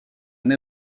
une